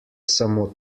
samo